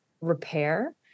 repair